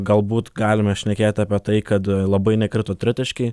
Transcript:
galbūt galime šnekėti apie tai kad labai nekrito tritaškiai